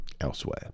elsewhere